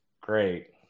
Great